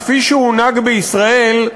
שר"פ, כפי שהונהג בישראל,